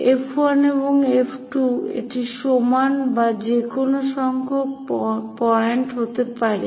F 1 এবং F 2 এটি সমান বা যে কোন সংখ্যক পয়েন্ট হতে পারে